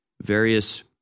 various